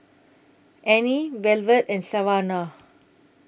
Annie Velvet and Savannah